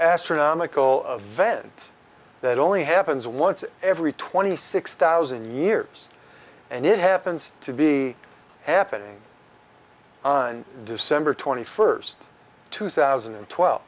astronomical of vent that only happens once every twenty six thousand years and it happens to be happening on december twenty first two thousand and twelve